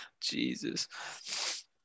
Jesus